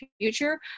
future